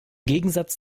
gegensatz